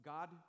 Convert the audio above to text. God